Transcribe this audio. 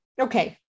Okay